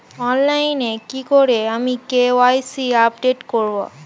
অনলাইনে কি করে আমি কে.ওয়াই.সি আপডেট করব?